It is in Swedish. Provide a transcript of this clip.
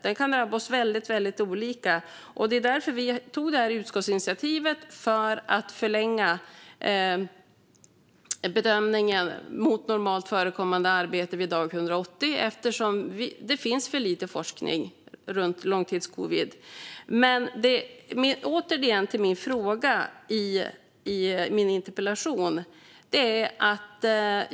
Den kan drabba oss väldigt olika. Det är därför vi tog det här utskottsinitiativet om att förlänga bedömningen mot normalt förekommande arbete vid dag 180; det finns för lite forskning om långtidscovid. Jag återgår till frågan i min interpellation.